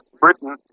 Britain